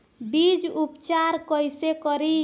बीज उपचार कईसे करी?